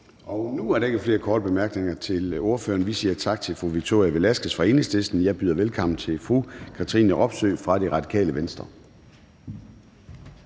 Nu er der ikke flere korte bemærkninger til ordføreren. Vi siger tak til fru Victoria Velasquez fra Enhedslisten. Jeg byder velkommen til fru Katrine Robsøe fra Det Radikale Venstre.